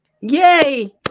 Yay